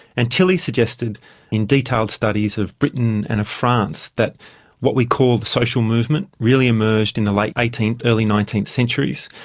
and tilly suggested in detail studies of britain and of france that what we call the social movement really emerged in the late eighteenth, early nineteenth centuries,